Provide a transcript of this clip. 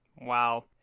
Wow